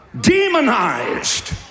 demonized